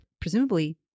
presumably